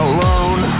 Alone